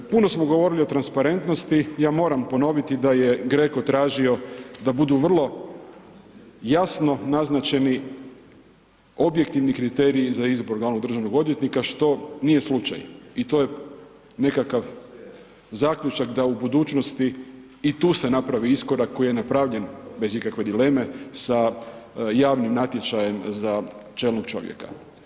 Puno smo govorili o transparentnosti, ja moram ponoviti da je GRECO tražio da budu vrlo jasno naznačeni objektivni kriteriji za izbor glavnog državnog odvjetnika što nije slučaj i to je nekakav zaključak da u budućnosti i tu se napravi iskorak koji je napravljen bez ikakve dileme sa javnim natječajem za čelnog čovjeka.